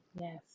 Yes